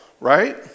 right